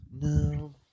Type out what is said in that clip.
No